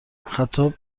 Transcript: خطاب